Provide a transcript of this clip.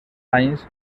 anys